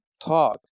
talk